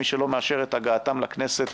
מי שלא מאשר את הגעתם לכנסת